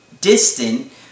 distant